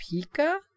pika